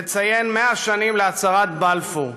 נציין 100 שנים להצהרת בלפור,